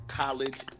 college